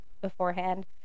beforehand